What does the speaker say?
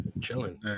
Chilling